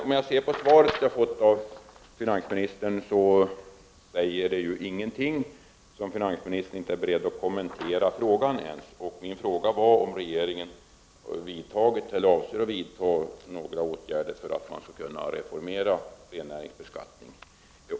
Svaret som jag har fått av finansministern säger ingenting, eftersom finansministern inte är beredd att kommentera frågan. Min fråga var om regeringen har vidtagit eller avser att vidta några åtgärder för att reformera rennäringens beskattning.